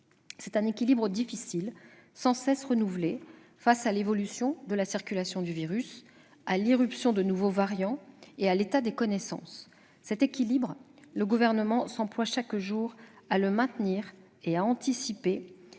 C'est un équilibre difficile, sans cesse renouvelé face à l'évolution de la circulation du virus, à l'irruption de nouveaux variants et à l'état des connaissances. Cet équilibre, le Gouvernement s'emploie chaque jour à le maintenir et à anticiper,